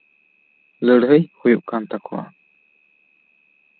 ᱞᱟᱹᱲᱦᱟᱹᱭ ᱦᱩᱭᱩᱜ ᱠᱟᱱ ᱛᱟᱠᱚᱣᱟ